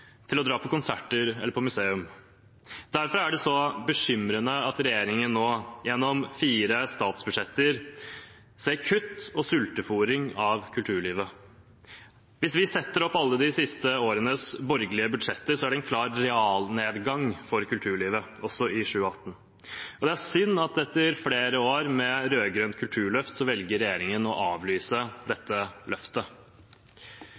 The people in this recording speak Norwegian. til å dra på konserter eller på museum. Derfor er det bekymringsfullt at regjeringen gjennom fire statsbudsjetter går til kutt og sultefôring av kulturlivet. Hvis vi setter opp alle de siste årenes borgerlige budsjetter, er det en klar realnedgang for kulturlivet – også i 2018. Det er synd at etter flere år med rød-grønt kulturløft velger regjeringen å avlyse